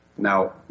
Now